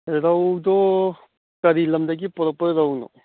ꯔꯧꯗꯣ ꯀꯔꯤ ꯂꯝꯗꯒꯤ ꯄꯣꯔꯛꯄ ꯔꯧꯅꯣ